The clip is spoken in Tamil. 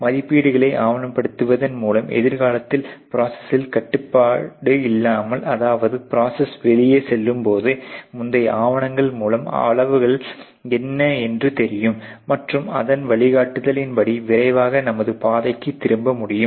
மதிப்பீடுகளை ஆவணப்படுத்துவதன் மூலம் எதிர்காலத்தில் ப்ரோசஸில் கட்டுப்பாடு இல்லாமல் அதாவது ப்ரோசஸ் வெளியே செல்லும் போது முந்தைய ஆவணங்கள் மூலம் அளவுகள் என்ன என்று தெரியும் மற்றும் அதன் வழிகாட்டுதலின்படி விரைவாக நமது பாதைக்கு திரும்ப முடியும்